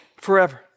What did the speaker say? Forever